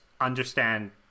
understand